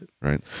Right